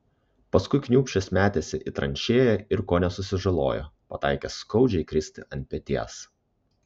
paskui kniūbsčias metėsi į tranšėją ir kone susižalojo pataikęs skaudžiai kristi ant peties